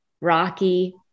rocky